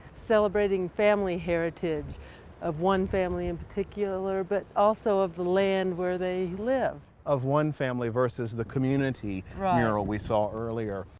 celebrating family heritage of one family in particular but also of the land where they live of one family versus the community mural we saw earlier.